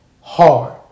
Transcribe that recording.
hard